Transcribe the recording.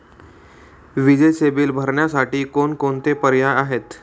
विजेचे बिल भरण्यासाठी कोणकोणते पर्याय आहेत?